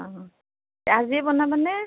অঁ আজিয়ে বনাবানে